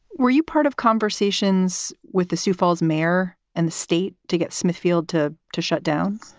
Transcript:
were you part of conversations with the sioux falls mayor and the state to get smithfield to to shut down?